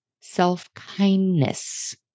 self-kindness